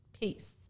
Peace